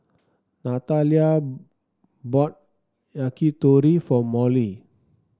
Natalia bought Yakitori for Molly